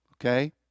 okay